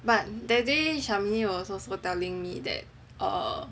but that day Shami was also telling me that err